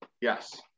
yes